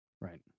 Right